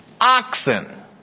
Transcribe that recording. oxen